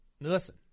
Listen